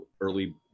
early